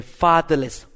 fatherless